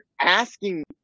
asking